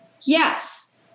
Yes